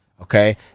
okay